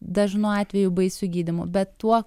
dažnu atveju baisiu gydymu bet tuo